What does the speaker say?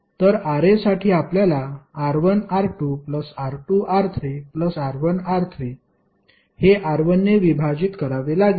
तर Ra साठी आपल्याला R1R2R2R3R1R3 हे R1 ने विभाजित करावे लागेल